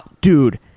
Dude